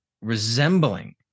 resembling